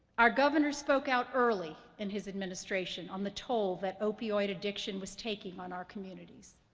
our governor spoke out early in his administration on the toll that opioid addiction was taking on our communities.